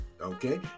Okay